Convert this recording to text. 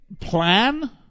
plan